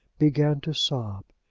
began to sob.